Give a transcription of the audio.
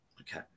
Okay